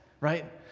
right